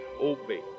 obey